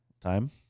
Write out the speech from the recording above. Time